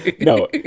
No